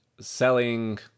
selling